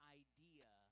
idea